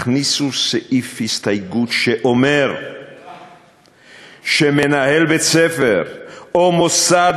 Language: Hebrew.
הכניסו סעיף הסתייגות שאומר שמנהל בית-ספר או מוסד